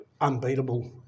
unbeatable